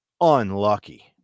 unlucky